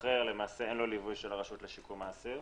משתחרר אין לו ליווי של הרשות לשיקום האסיר.